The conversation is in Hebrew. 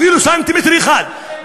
אפילו סנטימטר אחד,